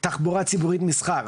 תחבורה ציבורית, מסחר.